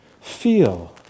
Feel